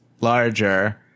larger